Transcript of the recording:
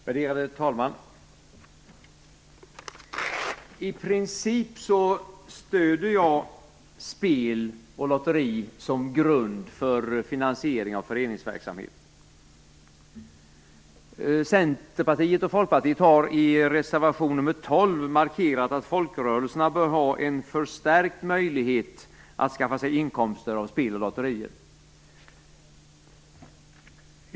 Värderade talman! I princip stöder jag spel och lotteri som grund för finansiering av föreningsverksamhet. Centerpartiet och Folkpartiet har i reservation nr 11 markerat att folkrörelserna bör ha en förstärkt möjlighet att skaffa sig intäkter av spel och lotterier.